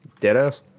Deadass